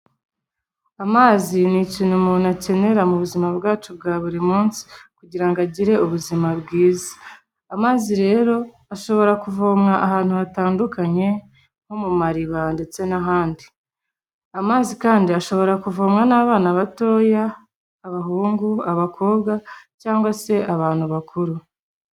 Amazi ni ikintu umuntu akenera mu buzima bwacu bwa buri munsi kugira ngo agire ubuzima bwiza, amazi rero ashobora kuvomwa ahantu hatandukanye nko mu mariba ndetse n'ahandi, amazi kandi ashobora kuvomwa n'abana batoya abahungu abakobwa cyangwa se abantu bakuru.